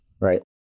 right